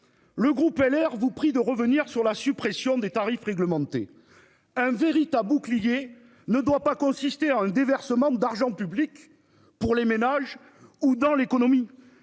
Le groupe LR vous prie de revenir sur la suppression des tarifs réglementés. Un véritable bouclier ne doit pas consister en le déversement d'argent public pour les ménages ou dans l'économie.